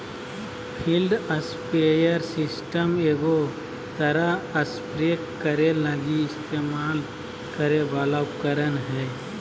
field sprayer system एगो तरह spray करे लगी इस्तेमाल करे वाला उपकरण हइ